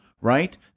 right